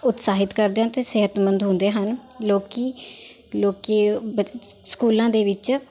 ਉਤਸ਼ਾਹਿਤ ਕਰਦੇ ਹਨ ਅਤੇ ਸਿਹਤਮੰਦ ਹੁੰਦੇ ਹਨ ਲੋਕ ਲੋਕ ਸਕੂਲਾਂ ਦੇ ਵਿੱਚ